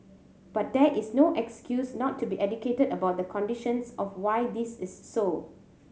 but that is no excuse not to be educated about the conditions of why this is so